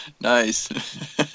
Nice